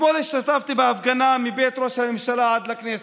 אתמול השתתפתי בהפגנה מבית ראש הממשלה עד לכנסת.